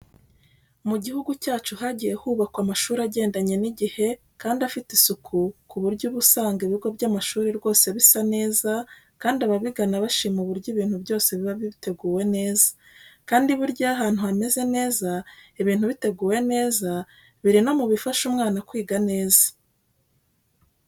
Mu gihugu cyacu hagiye hubakwa amashuri agendanye n'igihe kandi afite isuku ku buryo uba usanga ibigo by'amashuri rwose bisa neza kandi ababigana bashima uburyo ibintu byose biba biteguwe neza, kandi burya iyo ahantu hameze neza ibintu biteguwe neza biri no mu bifasha umwana kwiga neza.